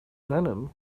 venom